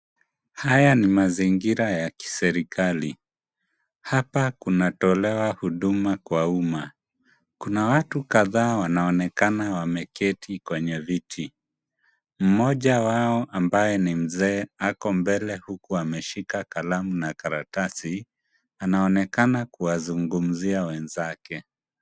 Haya ni mazingira ya kiserikali. Hapa kunatolewa huduma kwa uma. Kuna watu kadhaa wanaonekana wameketi kwenye viti. Mmoja wao ambaye ni mzee ako mbele huku ameshika kalamu na karatasi, anaonekana kuwazungumzia wenzake.